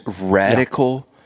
radical